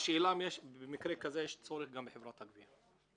השאלה היא האם במקרה כזה יש צורך גם בחברת הגבייה.